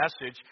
message